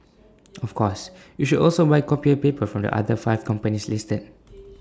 of course you should also buy copier paper from the other five companies listed